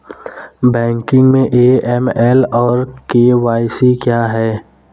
Banking में AML और KYC क्या हैं?